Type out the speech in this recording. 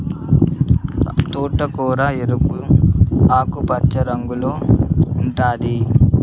తోటకూర ఎరుపు, ఆకుపచ్చ రంగుల్లో ఉంటాది